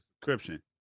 subscription